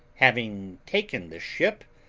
having taken this ship,